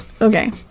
Okay